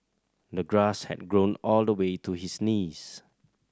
the grass had grown all the way to his knees